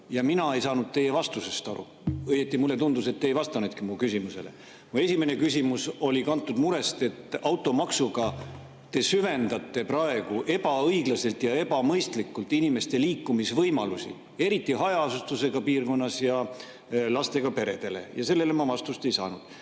ja mina ei saanud teie vastusest aru. Õieti mulle tundus, et te ei vastanudki mu küsimusele. Mu esimene küsimus oli kantud murest, et automaksuga te [halvendate] praegu ebaõiglaselt ja ebamõistlikult inimeste liikumisvõimalusi, eriti hajaasustusega piirkonnas ja lastega peredel. Sellele ma vastust ei saanud. Ja